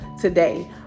today